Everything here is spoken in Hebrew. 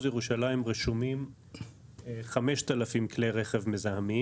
ירושלים רשומים 5,000 כלי רכב מזהמים.